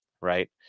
right